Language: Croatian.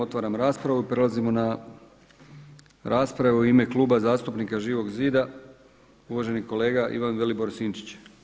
Otvaram raspravu i prelazimo na rasprave u ime Kluba zastupnika Živog zida uvaženi kolega Ivan Vilibor Sinčić.